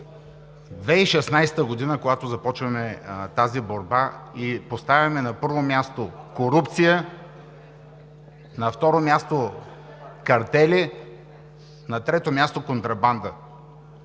от 2016 г., когато започнахме тази борба и поставихме на първо място корупция, на второ място – картели, на трето място – контрабанда.